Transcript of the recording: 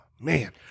man